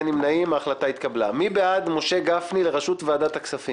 הצבעה בעד רוב נמנעים 2 ההמלצה על יושב-ראש ועדת החוץ והביטחון אושרה.